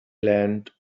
land